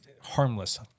harmless